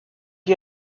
you